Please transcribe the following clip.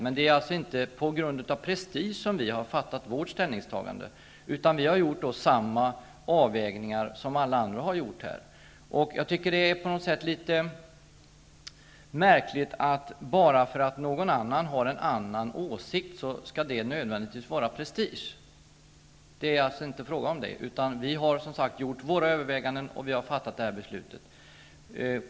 Men det är alltså inte på grund av prestige som vi har gjort vårt ställningstagande. Vi har gjort samma avvägningar som alla andra. Jag tycker att det är litet märkligt att det skall uppfattas som prestige att någon har en annan uppfattning. Det är inte fråga om det. Vi har, som sagt gjort våra överväganden och fattat det här beslutet.